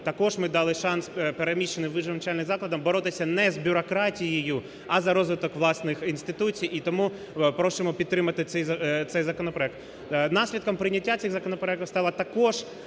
Також ми дали шанс переміщеним вищим навчальним закладам боротися не з бюрократією, а за розвиток власних інституцій, і тому просимо підтримати цей законопроект. Наслідком прийняття цих законопроектів стало також